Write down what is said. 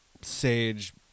sage